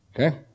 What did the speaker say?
Okay